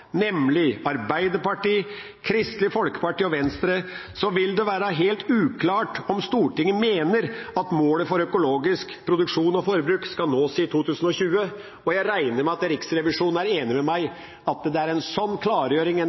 nemlig Arbeiderpartiet, Kristelig Folkeparti og Venstre, så vil det være helt uklart om Stortinget mener at målet for økologisk produksjon og forbruk skal nås i 2020. Jeg regner med at Riksrevisjonen er enig med meg i at det er en slik klargjøring